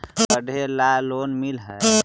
पढ़े ला लोन मिल है?